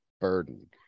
burden